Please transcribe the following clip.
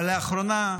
אבל לאחרונה,